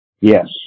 Yes